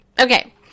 Okay